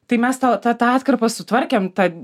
tai mes to tą tą atkarpą sutvarkėm tą